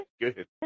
Good